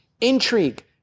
intrigue